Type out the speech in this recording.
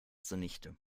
zunichte